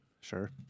Sure